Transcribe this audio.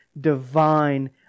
divine